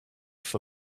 for